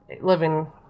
living